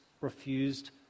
refused